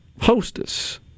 hostess